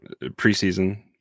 preseason